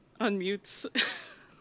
Unmutes